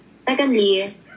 Secondly